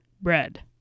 Bread